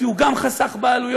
כי הוא גם חסך בעלויות,